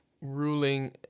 ruling